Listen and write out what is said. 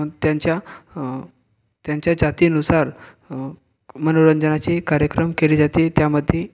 त्यांच्या त्यांच्या जातीनुसार मनोरंजनाचे कार्यक्रम केले जाते त्यामध्ये